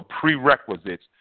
prerequisites